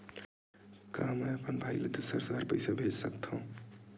का मैं अपन भाई ल दुसर शहर पईसा भेज सकथव?